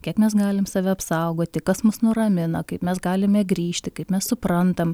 kiek mes galim save apsaugoti kas mus nuramina kaip mes galime grįžti kaip mes suprantam